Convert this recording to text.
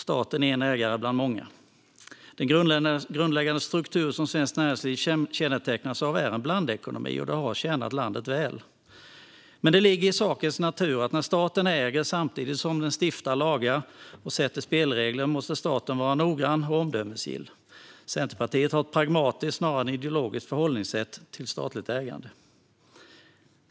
Staten är en ägare bland många. Den grundläggande struktur som svenskt näringsliv kännetecknas av är en blandekonomi, och den har tjänat landet väl. Men det ligger i sakens natur att när staten äger samtidigt som den stiftar lagar och sätter spelregler måste staten vara noggrann och omdömesgill. Centerpartiet har ett pragmatiskt snarare än ett ideologiskt förhållningssätt till statligt ägande.